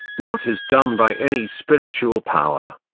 what is done by any spiritual power,